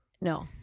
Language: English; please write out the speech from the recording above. No